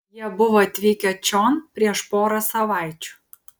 jie buvo atvykę čion prieš porą savaičių